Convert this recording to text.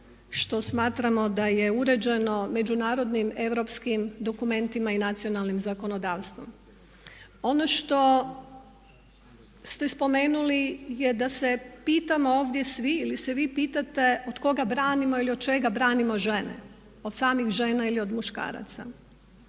što smatramo da je uređeno međunarodnim europskim dokumentima i nacionalnim zakonodavstvom. Ono što ste spomenuli je da se pitamo ovdje svi ili se vi pitate od koga branimo ili od čega branimo žene, od samih žena ili od muškaraca.